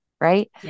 right